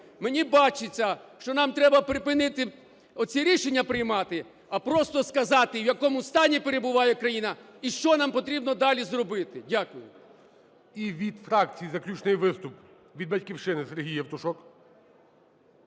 Мені бачиться, що нам треба припинити оці рішення приймати, а просто сказати, в якому стані перебуває країна і що нам потрібно далі зробити. Дякую. ГОЛОВУЮЧИЙ. І від фракції заключний виступ. Від "Батьківщини" СергійЄвтушок.